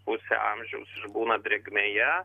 pusę amžiaus išbūna drėgmėje